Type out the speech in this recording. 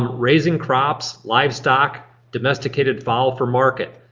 raising crops, livestock, domesticated fowl for market.